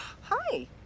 hi